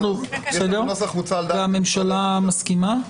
הממשלה מסכימה?